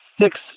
six